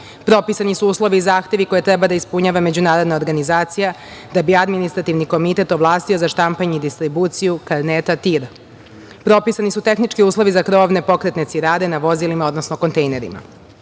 Propisani su uslovi i zahtevi koje treba da ispunjava međunarodna organizacija da bi Administrativni komitet ovlastio za štampanje i distribuciju karneta TIR. Propisani su tehnički uslovi za krovne pokretne cirade na vozilima, odnosno kontejnerima. Karnet